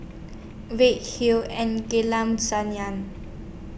Hull and Sayang